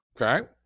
Okay